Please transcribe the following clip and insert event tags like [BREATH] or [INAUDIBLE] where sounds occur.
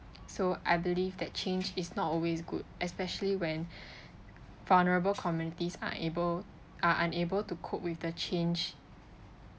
so I believe that change is not always good especially when [BREATH] vulnerable communities are able are unable to cope with the change